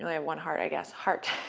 have one heart, i guess, heart.